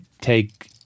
take